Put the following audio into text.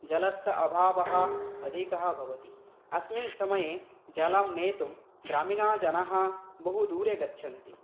जलस्य अभावः अधिकः भवति अस्मिन् समये जलं नेतुं ग्रामीणाः जनाः बहुदूरं गच्छन्ति